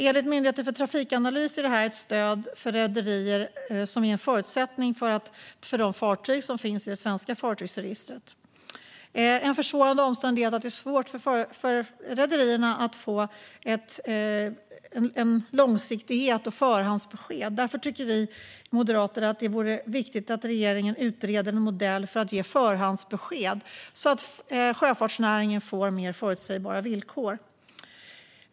Enligt Myndigheten för trafikanalys är detta stöd för rederier en förutsättning för de fartyg som i dag finns i det svenska fartygsregistret. En försvårande omständighet är att det är svårt för rederierna att få förhandsbesked och långsiktighet. Därför tycker vi moderater att det är viktigt att regeringen utreder en modell för att ge förhandsbesked så att sjöfartsnäringen får mer förutsägbara villkor.